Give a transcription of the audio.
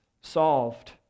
solved